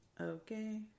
Okay